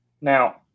Now